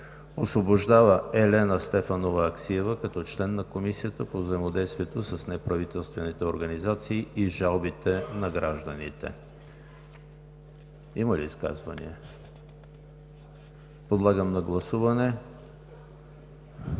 Освобождава Елена Стефанова Аксиева като член на Комисията по взаимодействието с неправителствените организации и жалбите на гражданите.“ Има ли изказвания? Не виждам. Подлагам на гласуване